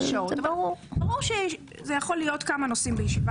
ברור שזה יכול להיות כמה נושאים בישיבה,